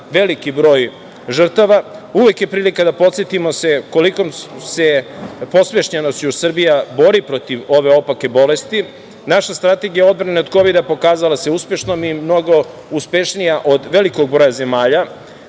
veliki broj žrtava. Uvek je prilika da se podsetimo sa kolikom se posvećenošću Srbija bori protiv ove opake bolesti. Naša strategija odbrane od kovida pokazala se uspešnom i mnogo je uspešnija od velikog broja zemalja.